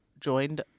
joined